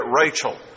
Rachel